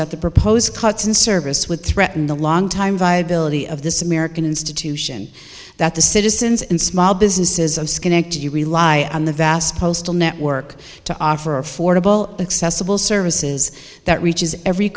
that the proposed cuts in service would threaten the longtime viability of this american institution that the citizens and small businesses of schenectady rely on the vast postal network to offer affordable accessible services that reaches every